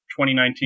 2019